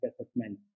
assessment